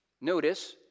notice